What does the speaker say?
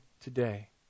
today